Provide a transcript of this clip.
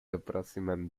aproximando